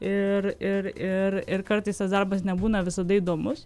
ir ir ir ir kartais tas darbas nebūna visada įdomus